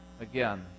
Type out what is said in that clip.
again